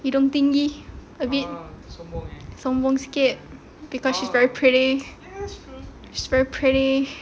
hidung tinggi a bit sombong sikit because she's very pretty she's very pretty